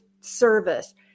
service